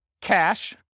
cash